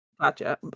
Gotcha